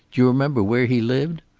you remember where he lived?